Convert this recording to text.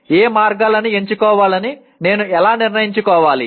ఏ మార్గాలని ఎంచుకోవాలని నేను ఎలా నిర్ణయించుకోవాలి